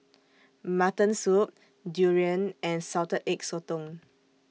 Mutton Soup Durian and Salted Egg Sotong